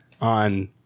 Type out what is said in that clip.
on